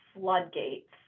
floodgates